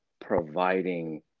providing